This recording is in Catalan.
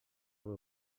veu